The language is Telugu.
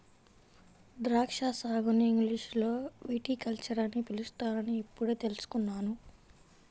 ద్రాక్షా సాగుని ఇంగ్లీషులో విటికల్చర్ అని పిలుస్తారని ఇప్పుడే తెల్సుకున్నాను